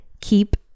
Keep